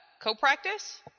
co-practice